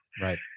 Right